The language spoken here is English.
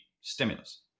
stimulus